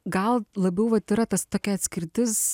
gal labiau vat yra tas tokia atskirtis